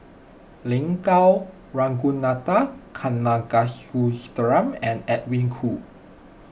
Lin Gao Ragunathar Kanagasuntheram and Edwin Koo